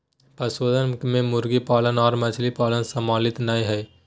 पशुधन मे मुर्गी पालन आर मछली पालन सम्मिलित नै हई